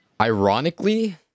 ironically